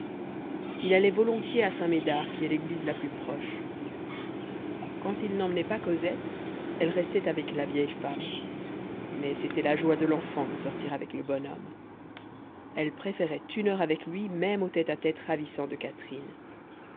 il allait volontiers à saint-médard qui est l'église la plus proche quand il n'emmenait pas cosette elle restait avec la vieille femme mais c'était la joie de l'enfant de sortir avec le bonhomme elle préférait une heure avec lui même aux tête-à-tête ravissants de catherine